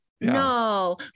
No